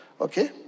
okay